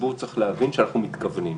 והציבור צריך להבין שאנחנו מתכוונים,